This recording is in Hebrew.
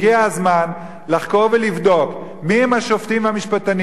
הגיע הזמן לחקור ולבדוק מיהם השופטים והמשפטנים